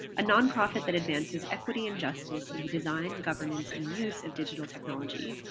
a nonprofit that advances equity and justice in the design, governance, and use of digital technology.